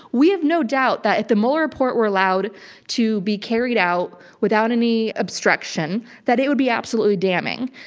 we have no doubt that if the mueller report were allowed to be carried out without any obstruction, that it would be absolutely damning.